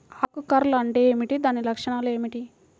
ఆకు కర్ల్ అంటే ఏమిటి? దాని లక్షణాలు ఏమిటి?